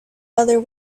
other